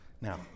Now